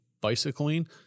bicycling